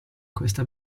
questa